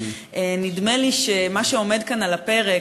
נדמה לי שמה שעומד כאן על הפרק,